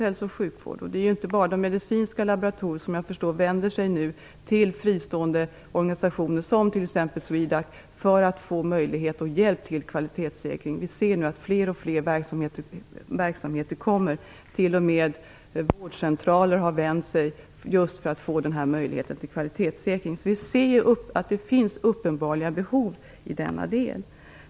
Det är inte bara de medicinska laboratorierna som enligt vad jag förstår nu vänder sig till fristående organisationer, som t.ex. SWEDAC, för att få möjlighet och hjälp till kvalitetssäkring - det gör nu fler och fler verksamheter; t.o.m. vårdcentraler har vänt sig dit just för att få den här möjligheten till kvalitetssäkring. Vi ser alltså att det finns uppenbara behov i denna del.